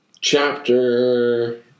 Chapter